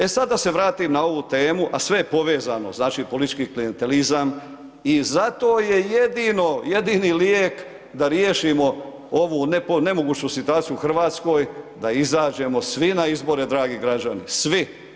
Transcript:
E sada da se vratim na ovu temu, a sve je povezano znači politički klijenteliazam i zato je jedino, jedini lijek, da riješimo ovu nemoguću situaciju u Hrvatskoj, da izađemo svi na izbore, dragi građani, svi.